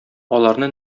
аларны